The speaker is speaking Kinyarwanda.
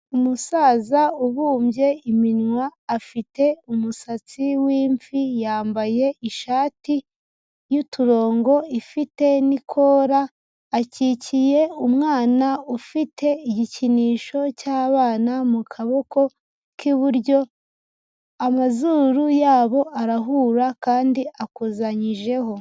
Umusaza ubumbye iminwa, afite umusatsi w'imvi, yambaye ishati y'uturongo ifite n'ikora, akikiye umwana ufite igikinisho cy'abana mu kaboko k'iburyo, amazuru yabo arahura kandi akozanyijeho.